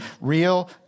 Real